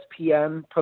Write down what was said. ESPN